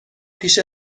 پیش